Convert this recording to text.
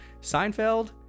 seinfeld